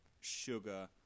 sugar